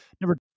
Number